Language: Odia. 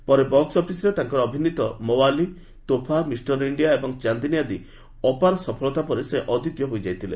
ପରେ ପରେ ବକ୍କ ଅଫିସ୍ରେ ତାଙ୍କ ଅଭିନୀତ ମୱାଲି ତୋହଫା ମିଷ୍ଟର ଇଣ୍ଡିଆ ଏବଂ ଚାନ୍ଦିନୀ ଆଦିର ଅପାର ସଫଳତା ପରେ ସେ ଅଦ୍ୱିତୀୟ ହୋଇଯାଇଥିଲେ